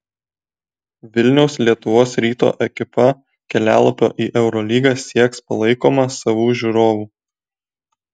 vilniaus lietuvos ryto ekipa kelialapio į eurolygą sieks palaikoma savų žiūrovų